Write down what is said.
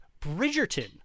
Bridgerton